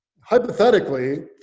hypothetically